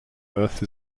earth